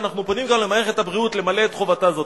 שאנחנו פונים גם למערכת הבריאות למלא את חובתה זו.